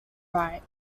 wright